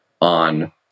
on